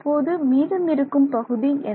இப்போது மீதம் இருக்கும் பகுதி என்ன